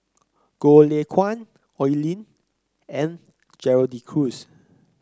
Goh Lay Kuan Oi Lin and Gerald De Cruz